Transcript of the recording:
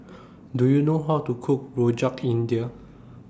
Do YOU know How to Cook Rojak India